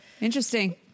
interesting